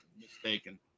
mistaken